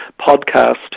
podcast